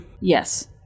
Yes